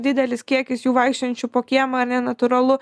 didelis kiekis jų vaikščiojančių po kiemą ane natūralu